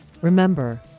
remember